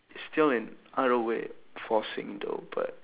it's still in other way forcing though but